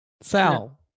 Sal